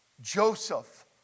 Joseph